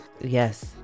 Yes